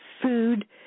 food